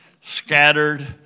scattered